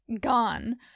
gone